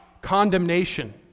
condemnation